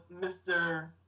Mr